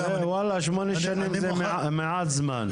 וואלה, שמונה שנים זה מעט זמן.